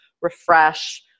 refresh